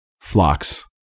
flocks